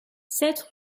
sept